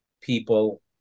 people